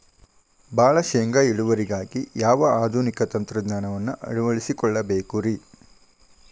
ಭಾಳ ಶೇಂಗಾ ಇಳುವರಿಗಾಗಿ ಯಾವ ಆಧುನಿಕ ತಂತ್ರಜ್ಞಾನವನ್ನ ಅಳವಡಿಸಿಕೊಳ್ಳಬೇಕರೇ?